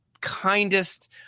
kindest